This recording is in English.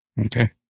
okay